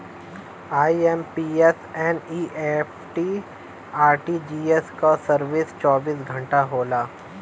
IMPS, NEFT, RTGS क service चौबीस घंटा होला